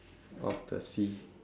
of the sea